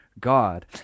God